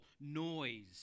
noise